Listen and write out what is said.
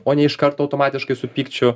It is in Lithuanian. o ne iš karto automatiškai su pykčiu